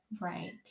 Right